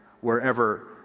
wherever